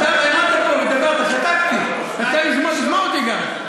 הרמת פה להנחתה ושתקתי, אז תן זמן לשמוע אותי גם.